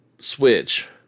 Switch